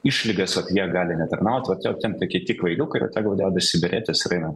išlygas vat jie gali netarnauti vat jo ten kiti kvailiukai yra tegul dedasi beretes ir eina